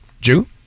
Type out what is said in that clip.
Jew